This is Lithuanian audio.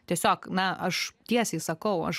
tiesiog na aš tiesiai sakau aš